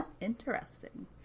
Interesting